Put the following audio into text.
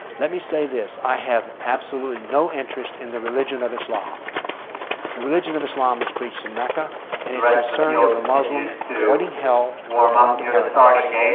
let me say this i have absolutely no interest in the religion of islam the religion of islam was preached in mecca and is concerned with the muslim avoiding hell and going to paradise.